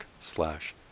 slash